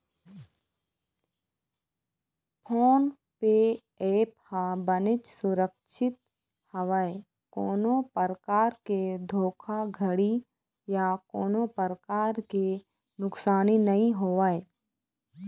phone पे app ह बनेच सुरक्छित हवय कोनो परकार के धोखाघड़ी या कोनो परकार के नुकसानी नइ होवय